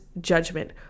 judgment